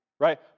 right